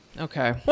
okay